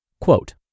Quote